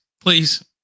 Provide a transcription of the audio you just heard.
please